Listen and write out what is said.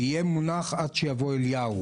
"יהיה מונח עד שיבוא אליהו".